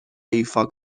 ایفا